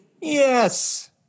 Yes